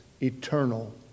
eternal